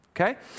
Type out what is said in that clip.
Okay